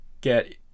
get